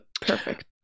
perfect